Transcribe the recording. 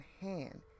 hand